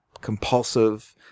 compulsive